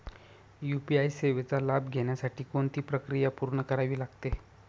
UPI सेवेचा लाभ घेण्यासाठी कोणती प्रक्रिया पूर्ण करावी लागते?